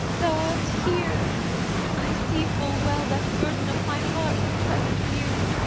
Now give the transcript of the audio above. thou art here i see full well that burden of my heart in present view.